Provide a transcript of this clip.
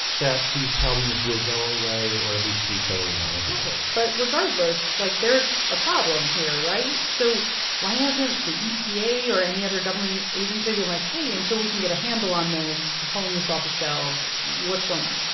that these problems will go away or at least be totally manageable ok. but, regardless, like, there's a problem here, right? so why hasn't the epa or any other government and agency been like, hey until we can get a handle on this, we're pulling this off the shelves. what's going on?